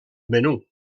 menú